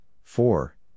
four